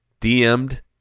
DM'd